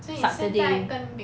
saturday